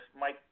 Mike